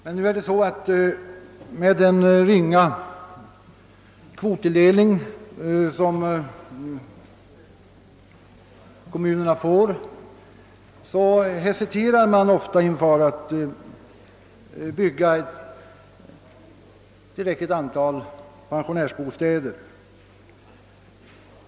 Men med den ringa kvottilldelning som kommunerna får hesiterar de ofta inför att bygga tillräckligt antal pensionärsbostäder.